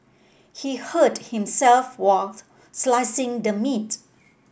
he hurt himself while slicing the meat